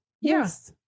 Yes